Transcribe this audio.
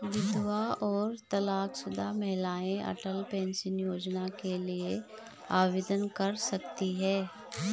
विधवा और तलाकशुदा महिलाएं अटल पेंशन योजना के लिए आवेदन कर सकती हैं